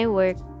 work